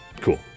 cool